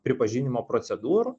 pripažinimo procedūrų